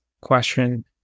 question